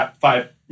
five